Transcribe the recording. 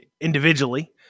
individually